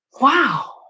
Wow